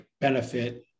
benefit